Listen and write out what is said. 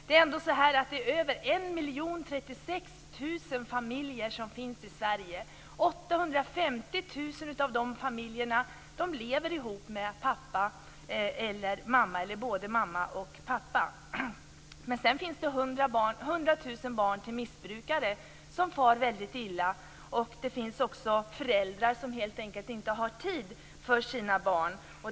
Det finns över 1 036 000 familjer i Sverige. I 850 000 av de familjerna lever barnen med pappa eller mamma eller både mamma och pappa. Sedan finns det 100 000 barn till missbrukare som far väldigt illa. Det finns också föräldrar som helt enkelt inte har tid för sina barn.